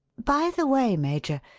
by the way, major,